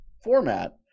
format